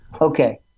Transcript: Okay